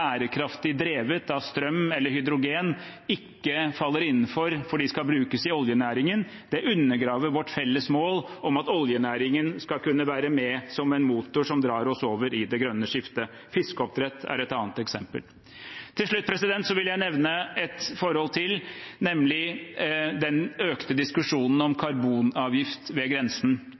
drevet av strøm eller hydrogen, ikke faller innenfor fordi de skal brukes i oljenæringen. Det undergraver vårt felles mål om at oljenæringen skal kunne være med som en motor som drar oss over i det grønne skiftet. Fiskeoppdrett er et annet eksempel. Til slutt vil jeg nevne et forhold til, nemlig den økte diskusjonen om karbonavgift ved grensen.